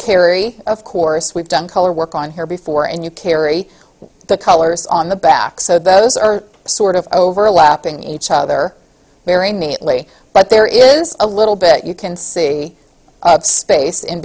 carry of course we've done color work on here before and you carry the colors on the back so those are sort of overlapping each other very neatly but there is a little bit you can see the space in